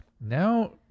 Now